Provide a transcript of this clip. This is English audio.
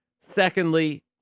Secondly